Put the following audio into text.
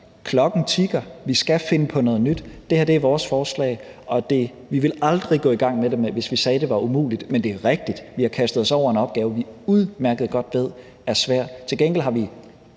at uret tikker. Vi skal finde på noget nyt. Det her er vores forslag, og vi ville aldrig gå i gang med det, hvis vi sagde, at det var umuligt. Men det er rigtigt, at vi har kastet os over en opgave, vi udmærket godt ved er svær.